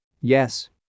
Yes